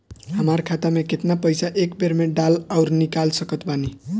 हमार खाता मे केतना पईसा एक बेर मे डाल आऊर निकाल सकत बानी?